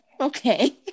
okay